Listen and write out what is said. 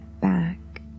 back